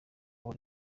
uwo